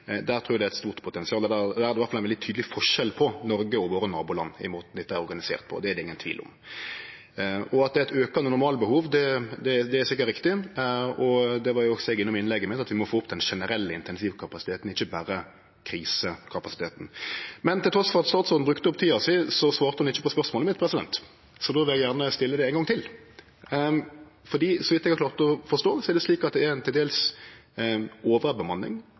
Der trur eg det er eit stort potensial. Det er iallfall ein veldig tydeleg forskjell på Noreg og våre naboland i måten dette er organisert på – det er det ingen tvil om. At det er eit aukande normalbehov, er sikkert riktig. Det var eg også innom i innlegget mitt, at vi må få opp den generelle intensivkapasiteten, ikkje berre krisekapasiteten. Men trass i at statsråden brukte opp tida si, svarte ho ikkje på spørsmålet mitt, så då vil eg gjerne stille det ein gong til. Så vidt eg har klart å forstå, er det til dels ei overbemanning i vekedagar og ei underbemanning i helger på intensivavdelingane våre. Då er